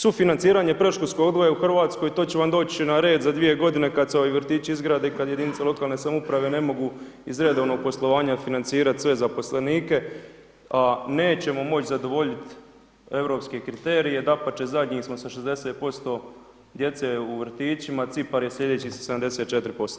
Sufinanciranje predškolskog odgoja u Hrvatskoj to će vam doći na red za 2 godine kad se vrtići izgrade, kad jedinice lokalne samouprave ne mogu iz redovnog poslovanja financirati sve zaposlenike a nećemo moći zadovoljiti europske kriterije, dapače zadnji smo za 60% djece u vrtićima, Cipar je slijedeći sa 74%